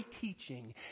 teaching